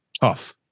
tough